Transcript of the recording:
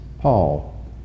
Paul